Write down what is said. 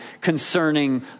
concerning